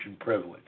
privilege